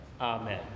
Amen